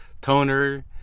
toner